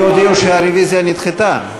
לי הודיעו שהרוויזיה נדחתה.